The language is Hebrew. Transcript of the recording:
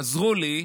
עזרו לי.